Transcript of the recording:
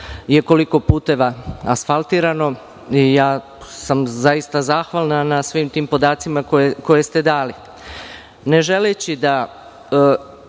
je koliko puteva asfaltirano. Zaista sam zahvalna na svim tim podacima koje ste dali. Ne želeći da